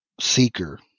seeker